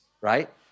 right